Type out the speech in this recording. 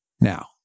Now